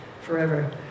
forever